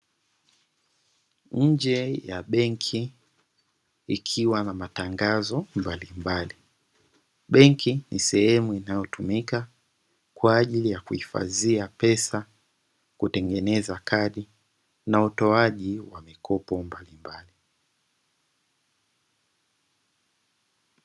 Nje ya benki ikiwa na matangazo mbalimbali, benki ni sehemu inayotumika kwa ajili ya kuhifadhia pesa, kutengeneza kadi na utoaji wa mikopo mbalimbali.